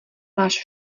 máš